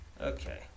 Okay